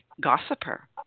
gossiper